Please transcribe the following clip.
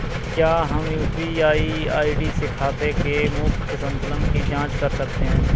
क्या हम UPI ID से खाते के मूख्य संतुलन की जाँच कर सकते हैं?